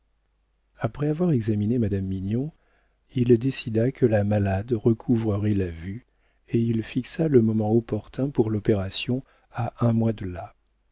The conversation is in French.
après avoir examiné madame mignon il décida que la malade recouvrerait la vue et il fixa le moment opportun pour l'opération à un mois de là